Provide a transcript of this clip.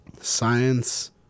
Science